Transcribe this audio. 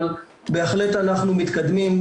אבל בהחלט אנחנו מתקדמים,